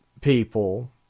people